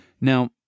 Now